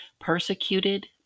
persecuted